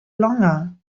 longer